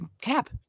cap